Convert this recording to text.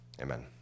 Amen